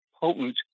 potent